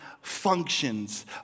functions